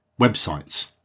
websites